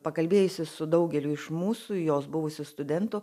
pakalbėjusi su daugeliu iš mūsų jos buvusių studentų